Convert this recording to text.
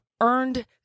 earned